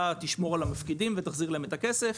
תשמור על המפקידים ותחזיר להם את הכסף.